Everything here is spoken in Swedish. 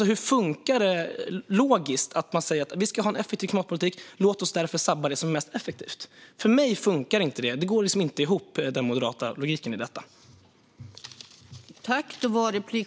Hur funkar det logiskt att säga att man ska ha en effektiv klimatpolitik och sedan att man ska sabba det som är mest effektivt? För mig funkar inte detta. Den moderata logiken går inte ihop.